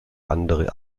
andere